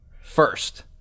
First